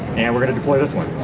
and we're going to deploy this one.